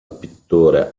pittore